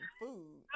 food